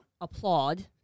applaud